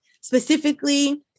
Specifically